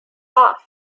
off